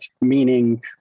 meaning